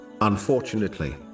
Unfortunately